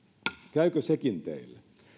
käykö sekin teille